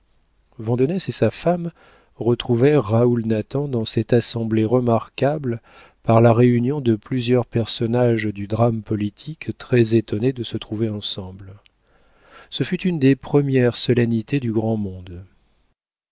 et sa femme retrouvèrent raoul nathan dans cette assemblée remarquable par la réunion de plusieurs personnages du drame politique très étonnés de se trouver ensemble ce fut une des premières solennités du grand monde